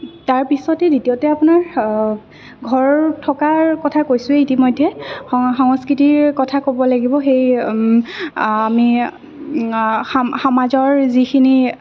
তাৰ পিছতেই দ্বিতীয়তে আপোনাৰ ঘৰ থকাৰ কথা কৈছোঁৱেই ইতিমধ্যে সাংস্কৃতিৰ কথা ক'ব লাগিব সেই আমি সামাজৰ যিখিনি